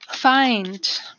Find